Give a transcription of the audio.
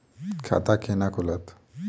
खाता केना खुलत?